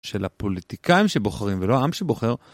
של הפוליטיקאים שבוחרים ולא העם שבוחר.